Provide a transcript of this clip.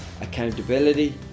accountability